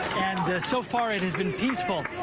and so far it has been peaceful.